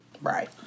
Right